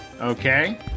Okay